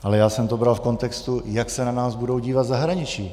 Ale já jsem to bral v kontextu, jak se na nás budou dívat v zahraničí.